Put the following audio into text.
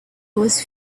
was